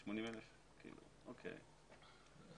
אוקיי.